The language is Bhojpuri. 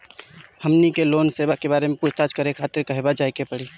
हमनी के लोन सेबा के बारे में पूछताछ करे खातिर कहवा जाए के पड़ी?